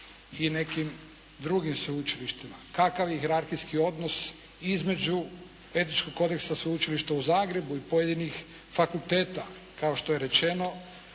i nekim drugim sveučilištima. Kakav je hijerarhijski odnos između Etičkog kodeksa Sveučilišta u Zagrebu i pojedinih fakulteta. Kao što je rečeno